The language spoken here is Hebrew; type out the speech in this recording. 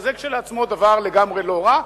שזה כשלעצמו דבר לגמרי לא רע,